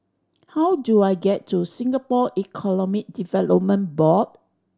how do I get to Singapore Economic Development Board